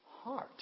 heart